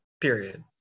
Period